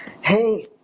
Hey